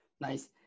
Nice